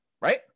right